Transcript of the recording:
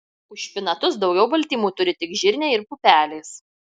už špinatus daugiau baltymų turi tik žirniai ir pupelės